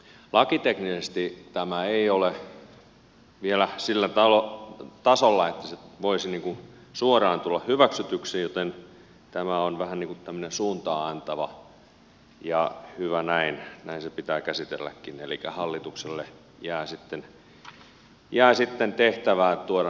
lakiteknisesti tämä ei ole vielä sillä tasolla että se voisi suoraan tulla hyväksytyksi joten tämä on vähän niin kuin tämmöinen suuntaa antava ja hyvä näin näin se pitää käsitelläkin elikkä hallitukselle jää sitten tehtävää tuoda ne lakiteknisesti oikein